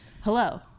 Hello